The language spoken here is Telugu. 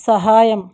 సహాయం